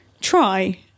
try